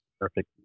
Perfect